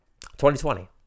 2020